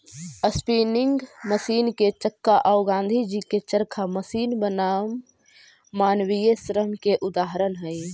spinning machine के चक्का औ गाँधीजी के चरखा मशीन बनाम मानवीय श्रम के उदाहरण हई